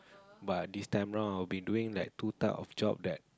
but this time round I been doing two type of job that